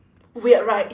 weird right